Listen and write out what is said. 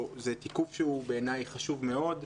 זה תיקוף שהוא בעיניי חשוב מאוד.